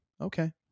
Okay